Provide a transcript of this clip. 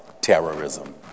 terrorism